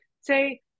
say